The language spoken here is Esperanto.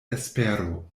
espero